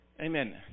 Amen